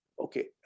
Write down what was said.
Okay